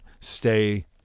stay